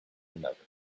another